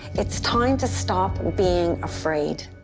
it's time to stop being afraid.